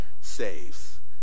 saves